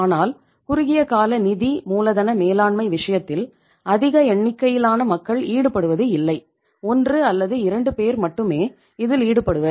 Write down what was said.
ஆனால் குறுகிய கால நிதி மூலதன மேலாண்மை விஷயத்தில் அதிக எண்ணிக்கையிலான மக்கள் ஈடுபடுவது இல்லை 1 அல்லது 2 பேர் மட்டுமே இதில் ஈடுபடுவர்